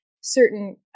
certain